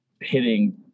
hitting